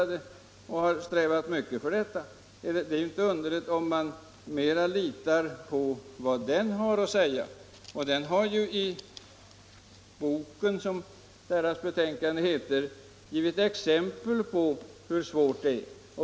Det är inte underligt om man litar på vad den har att säga. Den har ju i Boken, som betänkandet heter, givit exempel på hur svårt det är.